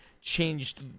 changed